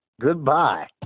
goodbye